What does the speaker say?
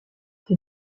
ces